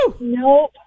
Nope